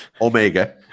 Omega